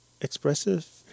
expressive